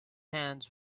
hands